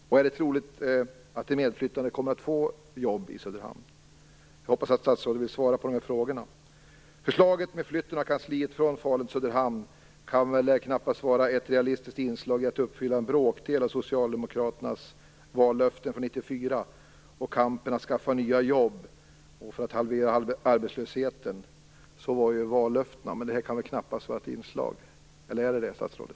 Och är det troligt att de medflyttande kommer att få jobb i Söderhamn? Jag hoppas att statsrådet vill svara på de här frågorna. Förslaget om flytten av kansliet från Falun till Söderhamn kan väl knappast vara ett realistiskt inslag ens i ett uppfyllande av en bråkdel av socialdemokraternas vallöfte från 1994 om nya jobb för att halvera arbetslösheten. Eller är detta ett inslag i uppfyllandet av vallöftena, statsrådet?